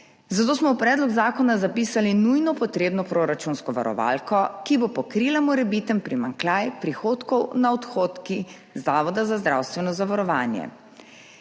Zato smo v predlog zakona zapisali nujno potrebno proračunsko varovalko, ki bo pokrila morebiten primanjkljaj prihodkov nad odhodki Zavoda za zdravstveno zavarovanje.